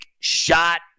shot